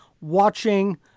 watching